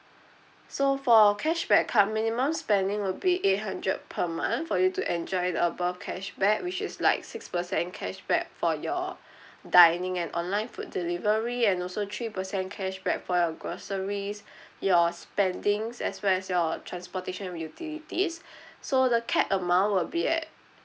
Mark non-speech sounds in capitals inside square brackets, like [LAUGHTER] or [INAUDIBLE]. so for cashback card minimum spending will be eight hundred per month for you to enjoy the above cashback which is like six percent cashback for your [BREATH] dining and online food delivery and also three percent cashback for your groceries [BREATH] your spendings as well as your transportation and utilities [BREATH] so the capped amount will be at